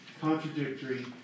contradictory